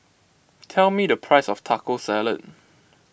tell me the price of Taco Salad